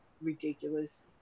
ridiculous